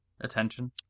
Attention